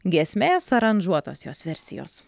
giesmės aranžuotos jos versijos